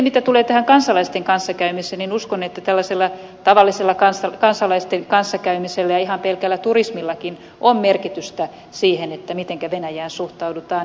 mitä sitten tulee kansalaisten kanssakäymiseen niin uskon että tällaisella tavallisella kansalaisten kanssakäymisellä ja ihan pelkällä turismillakin on merkitystä siihen mitenkä venäjään suhtaudutaan